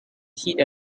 hit